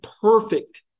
perfect